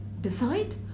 decide